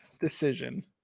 decision